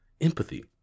empathy